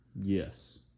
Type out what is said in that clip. Yes